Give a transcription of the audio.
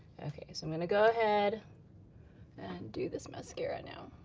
okay, so i'm gonna go ahead and do this mascara now.